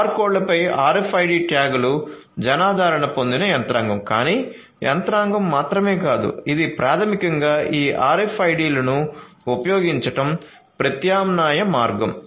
బార్కోడ్లపై RFID ట్యాగ్లు జనాదరణ పొందిన యంత్రాంగం కానీ యంత్రాంగం మాత్రమే కాదు ఇది ప్రాథమికంగా ఈ RFID లను ఉపయోగించటం ప్రత్యామ్నాయ మార్గం